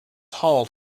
halt